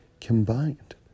combined